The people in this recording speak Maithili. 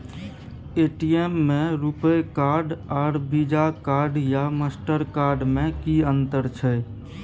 ए.टी.एम में रूपे कार्ड आर वीजा कार्ड या मास्टर कार्ड में कि अतंर छै?